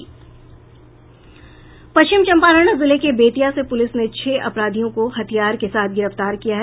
पश्चिम चंपारण जिले के बेतिया से पूलिस ने छह अपराधियों को हथियार के साथ गिरफ्तार किया है